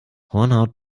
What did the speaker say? hornhaut